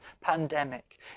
pandemic